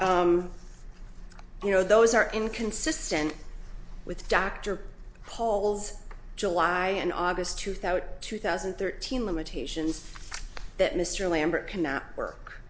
you know those are inconsistent with dr hall's july and august two thousand two thousand and thirteen limitations that mr lambert cannot work